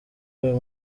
uyu